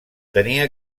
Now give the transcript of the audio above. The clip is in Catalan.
tenia